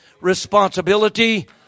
responsibility